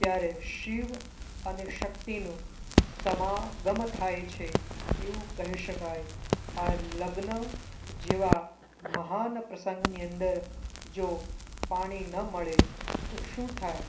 ત્યારે શિવ અને શક્તિનું સમાગમ થાય છે એવું કહી શકાય આ લગ્ન જેવા મહાન પ્રસંગની અંદર જો પાણી ન મળે તો શું થાય